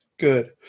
Good